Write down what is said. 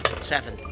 Seven